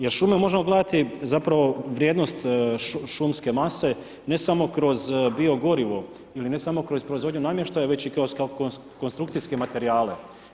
Jer šume možemo gledati zapravo vrijednost šumske mase ne samo kroz biogorivo ili ne samo kroz proizvodnju namještaja već i kroz konstrukcijske materijale.